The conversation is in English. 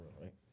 right